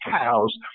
cows